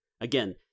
Again